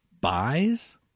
buys